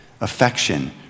affection